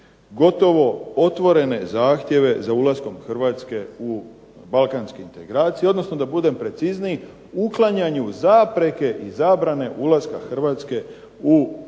gotovo otvorene zahtjeve za ulazak Hrvatske u Balkanske integracije odnosno da budem precizniji uklanjanju zapreke i zabrane ulaska Hrvatske u Balkanske